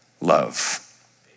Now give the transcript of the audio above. love